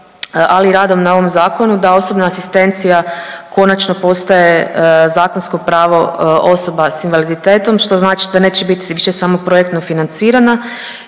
ali i radom na ovom zakonu da osobna asistencija konačno postaje zakonsko pravo osoba s invaliditetom što znači da neće biti više samo projektno financirana